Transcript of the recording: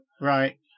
Right